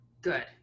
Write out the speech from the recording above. good